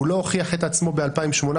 הוא לא הוכיח את עצמו ב-2018,